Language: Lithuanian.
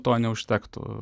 to neužtektų